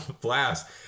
blast